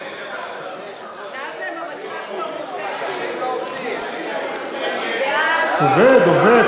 הסמכת ועדה משותפת לוועדת החוץ והביטחון וועדת